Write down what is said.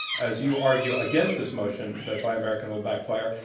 as you argue against this motion, that buy american will backfire,